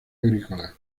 agrícola